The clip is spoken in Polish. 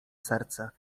serce